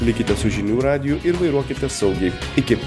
likite su žinių radiju ir vairuokite saugiai iki